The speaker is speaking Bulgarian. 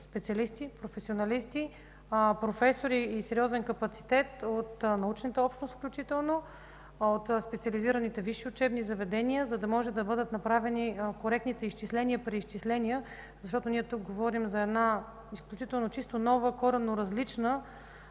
специалисти, професионалисти, професори и сериозен капацитет от научните общности включително, от специализираните висши учебни заведения, за да могат да бъдат направени коректните изчисления и преизчисления, защото ние тук говорим за една изключително чисто нова, коренно различна